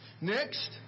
Next